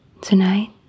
Tonight